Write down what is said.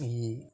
ഈ